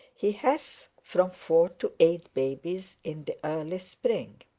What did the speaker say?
he has from four to eight babies in the early spring.